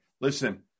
listen